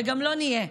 וגם לא נהיה,